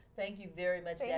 thank you very much yeah